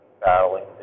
battling